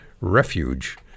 refuge